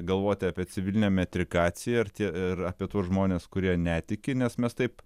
galvoti apie civilinę metrikaciją ir tie ir apie tuos žmones kurie netiki nes mes taip